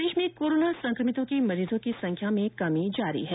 प्रदेश में कोरोना संक्रमितों के मरीजों की संख्या में कमी जारी है